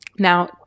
Now